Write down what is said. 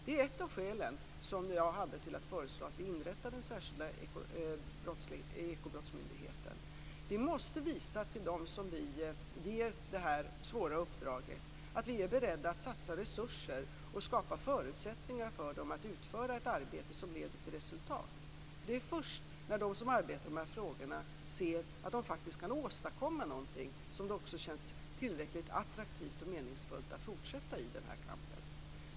Det är ett av de skäl jag hade för att föreslå att vi skulle inrätta en särskild ekobrottsmyndighet. Vi måste visa dem som vi ger det här svåra uppdraget att vi är beredda att satsa resurser och skapa förutsättningar för dem att utföra ett arbete som leder till resultat. Det är först när de som arbetar med de här frågorna ser att de faktiskt kan åstadkomma något som det också känns tillräckligt attraktivt och meningsfullt att fortsätta i den här kampen.